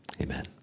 Amen